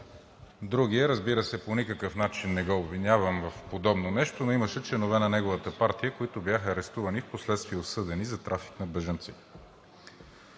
другият, разбира се, по никакъв начин не го обвинявам в подобно нещо, но имаше членове на неговата партия, които бяха арестувани и впоследствие осъдени за трафик на бежанци.